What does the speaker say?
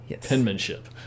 penmanship